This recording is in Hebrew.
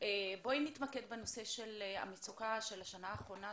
בואי נתמקד בנושא של המצוקה של השנה האחרונה,